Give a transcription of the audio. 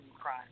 crime